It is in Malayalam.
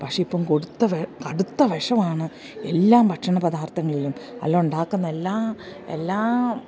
പക്ഷേ ഇപ്പം കൊടുത്ത കടുത്ത വിഷമാണ് എല്ലാ ഭക്ഷണ പദാർത്ഥങ്ങളിലും അല്ല ഉണ്ടാക്കുന്ന എല്ലാ എല്ലാം